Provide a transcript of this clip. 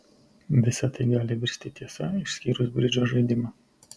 visa tai gali virsti tiesa išskyrus bridžo žaidimą